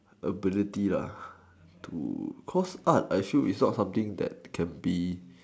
ability lah to cause art I sure is not something that can be